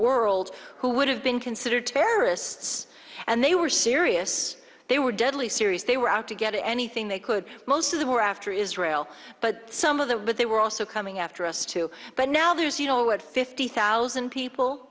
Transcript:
world who would have been considered terrorists and they were serious they were deadly serious they were out to get anything they could most of them were after israel but some of the they were also coming after us too but now there's you know what fifty thousand people